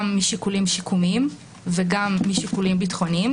גם משיקולים שיקומיים וגם משיקולים ביטחוניים.